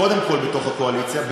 קודם כול בתוך הקואליציה,